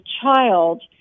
child